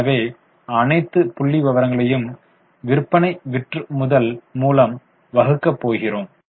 எனவே அனைத்து புள்ளிவிவரங்களையும் விற்பனை விற்றுமுதல் மூலம் வகுக்க போகிறோம்